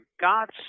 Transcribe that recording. God's